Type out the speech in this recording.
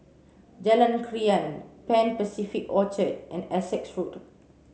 Jalan Krian Pan Pacific Orchard and Essex Road